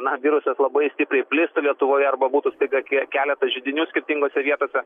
na virusas labai stipriai plistų lietuvoje arba būtų staiga keletas židinių skirtingose vietose